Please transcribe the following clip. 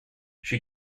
she